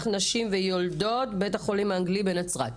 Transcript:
נשים ויולדות בבית החולים האנגלי בנצרת.